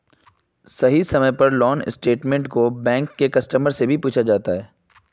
सही समय पर लोन स्टेटमेन्ट को बैंक के कस्टमर से भी पूछा जाता है